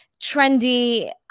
trendy